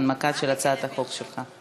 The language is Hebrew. הנמקה של הצעת החוק שלך.